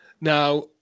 Now